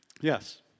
Yes